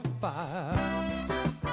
fire